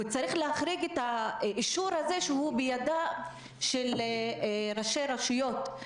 וצריך להחריג את האישור הזה שהוא בידיהם של ראשי רשויות.